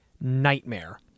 nightmare